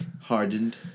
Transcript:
Hardened